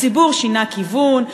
הציבור שינה כיוון,